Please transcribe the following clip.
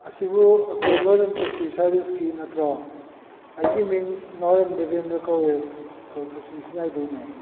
ꯑꯁꯤꯕꯨ ꯑꯩꯈꯣꯏ ꯅꯣꯗꯟ ꯇꯦꯛꯁꯤ ꯁꯥꯔꯕꯤꯁꯀꯤ ꯅꯠꯇ꯭ꯔꯣ ꯑꯩꯒꯤ ꯃꯤꯡ ꯅꯥꯎꯔꯦꯝ ꯗꯦꯕꯦꯟꯗ꯭ꯔꯥ ꯀꯧꯏ ꯑꯩꯈꯣꯏ ꯀꯥꯛꯆꯤꯡ ꯈꯨꯟꯌꯥꯏꯗꯩꯅꯦ